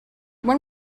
when